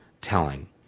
telling